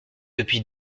depuis